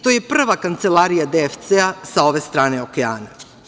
To je prva Kancelarija DFC sa ove strane okeana.